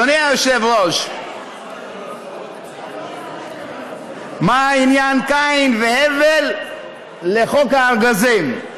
אדוני היושב-ראש, מה עניין קין והבל לחוק הארגזים?